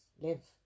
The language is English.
live